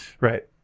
right